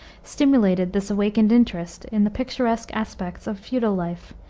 stimulated this awakened interest in the picturesque aspects of feudal life,